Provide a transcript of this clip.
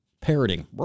parroting